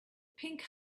pink